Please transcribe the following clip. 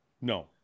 no